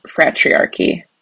fratriarchy